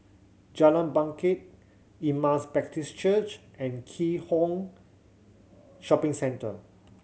Jalan Bangket Emmaus Baptist Church and Keat Hong Shopping Centre